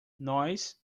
nós